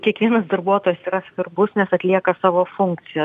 kiekvienas darbuotojas yra svarbus nes atlieka savo funkciją